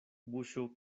buŝo